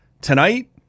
tonight